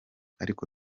ariko